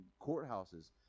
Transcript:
courthouses